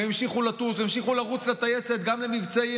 והמשיכו לטוס והמשיכו לרוץ לטייסת גם למבצעים